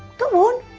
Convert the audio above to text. go on,